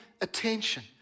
attention